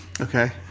Okay